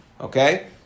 Okay